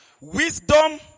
Wisdom